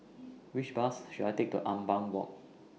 Which Bus should I Take to Ampang Walk